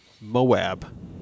Moab